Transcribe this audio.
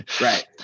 right